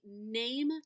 name